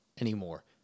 anymore